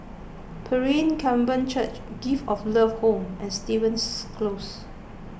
Pilgrim Covenant Church Gift of Love Home and Stevens Close